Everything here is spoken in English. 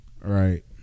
Right